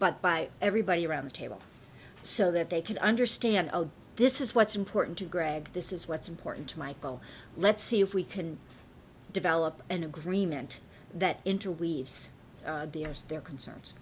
but by everybody around the table so that they could understand this is what's important to greg this is what's important to michael let's see if we can develop an agreement that interweaves their concerns